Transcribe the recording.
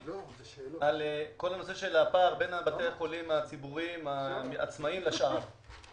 על כל הנושא של הפער בין בתי החולים הציבוריים העצמאיים לשאר.